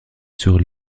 sur